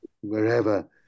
wherever